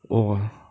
!wah!